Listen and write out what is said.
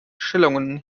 stellungen